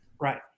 Right